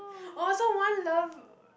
oh so one love